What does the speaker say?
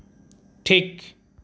ᱴᱷᱤᱠ